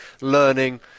learning